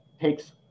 takes